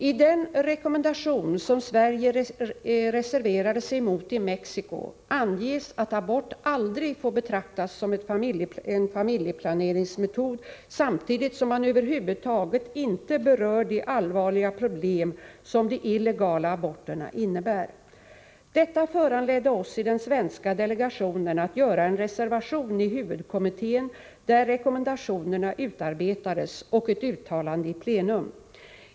I den rekommendation som Sverige reserverade sig emot i Mexico anges att abort aldrig får betraktas som en familjeplaneringsmetod samtidigt som man över huvud taget inte berör de allvarliga problem som de illegala aborterna innebär. Detta föranledde oss i den svenska delegationen att göra en reservation i huvudkommittén, där rekommendationerna utarbetades, och ett uttalande i plenum.